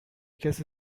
کسی